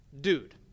dude